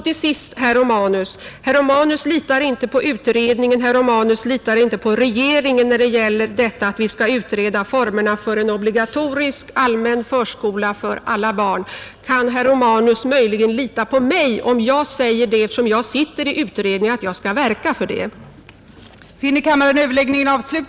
Till sist: herr Romanus litar inte på utredningen och på regeringen när det gäller att utreda formerna för en obligatorisk, allmän förskola för alla barn, Kan herr Romanus möjligen lita på mig om jag, som sitter med i utredningen, säger att jag skall verka för det?